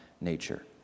nature